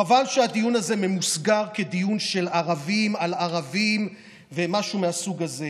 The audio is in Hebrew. חבל שהדיון הזה ממוסגר כדיון של ערבים על ערבים ומשהו מהסוג הזה.